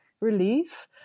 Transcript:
relief